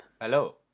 Hello